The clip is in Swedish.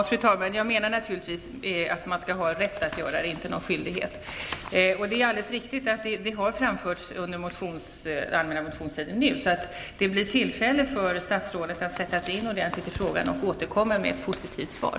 Fru talman! Ja, jag menar naturligtvis att man skall ha rätt att ta ut havandeskapspenning, inte skyldighet. Det är alldeles riktigt att förslaget har framförts under den allmänna motionstiden, så det blir tillfälle för statsrådet att ordentligt sätta sig in i frågan och återkomma med ett positivt svar.